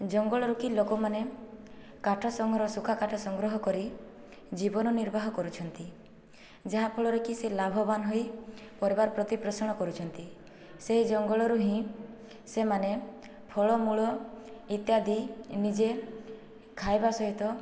ଜଙ୍ଗଲରୁ କି ଲୋକମାନେ କାଠ ସଂଗ୍ରହ ଶୁଖା କାଠ ସଂଗ୍ରହ କରି ଜୀବନ ନିର୍ବାହ କରୁଛନ୍ତି ଯାହାଫଳରେକି ସେ ଲାଭବାନ ହୋଇ ପରିବାର ପ୍ରତିପ୍ରୋଷଣ କରୁଛନ୍ତି ସେହି ଜଙ୍ଗଲରୁ ହିଁ ସେମାନେ ଫଳମୂଳ ଇତ୍ୟାଦି ନିଜେ ଖାଇବା ସହିତ